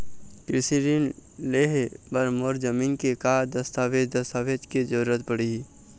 कृषि ऋण लेहे बर मोर जमीन के का दस्तावेज दस्तावेज के जरूरत पड़ही?